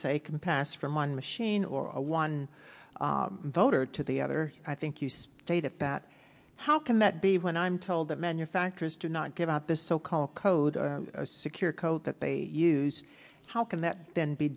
say can pass from one machine or a one voter to the other i think use data that how can that be when i'm told that manufacturers do not give out this so called code a secure code that they use how can that then be